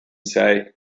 say